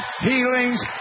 healings